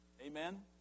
Amen